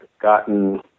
gotten